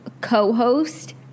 co-host